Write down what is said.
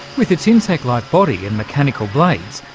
with its insect-like body and mechanical blades,